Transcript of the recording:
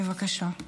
בבקשה.